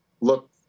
look